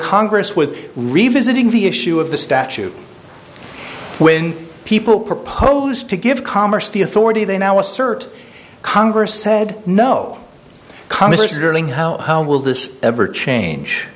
congress with revisiting the issue of the statute when people propose to give commerce the authority they now assert congress said no comment or turning how will this ever change